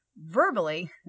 verbally